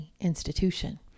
institution